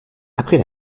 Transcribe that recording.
après